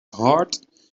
heart